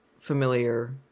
familiar